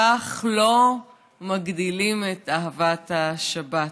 כך לא מגדילים את אהבת השבת.